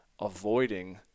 avoiding